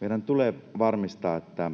Meidän tulee varmistaa, että